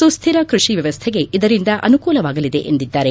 ಸುಸ್ಕಿರ ಕೃಷಿ ವ್ಯವಸ್ಥೆಗೆ ಇದರಿಂದ ಅನುಕೂಲವಾಗಲಿದೆ ಎಂದಿದ್ದಾರೆ